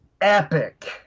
epic